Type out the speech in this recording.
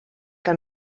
que